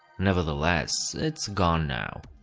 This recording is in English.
nevertheless, it's gone now.